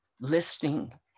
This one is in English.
listening